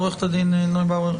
עורכת הדין נויבואר,